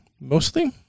mostly